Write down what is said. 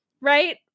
Right